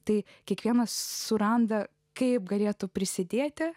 tai kiekvienas suranda kaip galėtų prisidėti